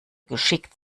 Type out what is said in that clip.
geschickt